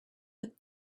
with